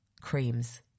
Creams